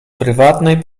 prywatnej